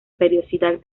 periodicidad